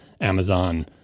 Amazon